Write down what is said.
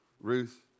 Ruth